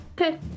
Okay